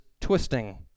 twisting